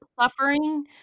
suffering